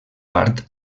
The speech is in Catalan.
part